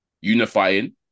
unifying